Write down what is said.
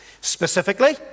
Specifically